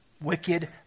wicked